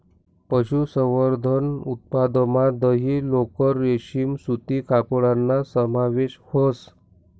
पशुसंवर्धन उत्पादनमा दही, लोकर, रेशीम सूती कपडाना समावेश व्हस